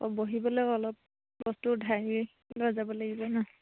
অ বহিবলে অলপ বস্তুৰ লৈ যাব লাগিব ন